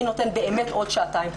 מי נותן באמת עוד שעתיים,